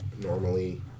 normally